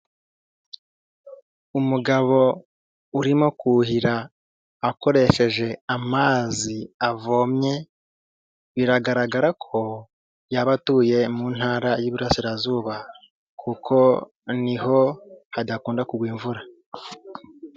Umugabo urimo kuhira akoresheje amazi avomye biragaragara ko yaba atuye mu ntara y'Iburasirazuba kuko ni ho hadakunda kugwa imvura.